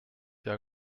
der